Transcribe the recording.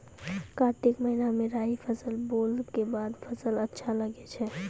कार्तिक महीना मे राई फसल बोलऽ के बाद फसल अच्छा लगे छै